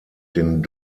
den